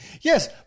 Yes